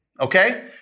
Okay